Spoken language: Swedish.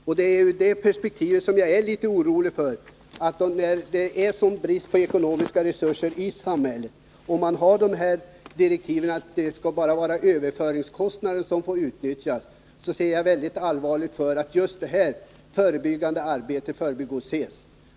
När jag ser frågan i perspektivet av att det är sådan brist på ekonomiska resurser i samhället och att man har dessa direktiv, att det bara är överföringskostnader som får utnyttjas, så är jag orolig för att just det förebyggande arbetet förbigås helt.